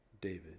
David